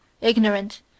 Ignorant